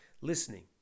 listening